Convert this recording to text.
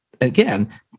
again